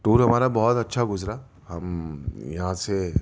tour ہمارا بہت اچھا گزرا ہم یہاں سے